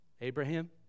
Abraham